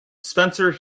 spencer